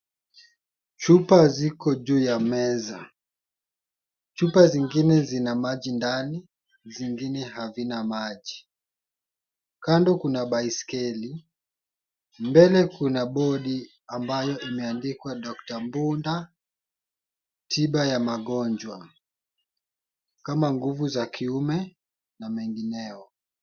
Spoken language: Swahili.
Chupa ziko juu ya meza. Chupa zingine zina maji ndani, zingine hazina maji. Kando kuna baiskeli. Mbele kuna boti ambayo imeandikwa Dr mbunda, tiba ya magonjwa kama nguvu za kiume na mengineo.